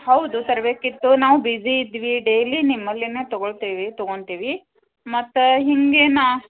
ಹೌದು ತರಬೇಕಿತ್ತು ನಾವು ಬಿಜಿ ಇದ್ವಿ ಡೈಲಿ ನಿಮ್ಮಲ್ಲೀನೆ ತಗೊಳ್ತೇವೆ ತೊಗೊಂತೀವಿ ಮತ್ತು ಹೀಗೆ ನಾನು